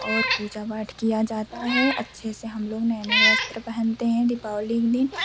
और पूजा पाठ किया जाता है अच्छे से हम लोग नए नए वस्त्र पहनते हैं दीपावली के दिन